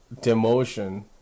demotion